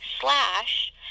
slash